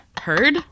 heard